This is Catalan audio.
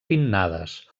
pinnades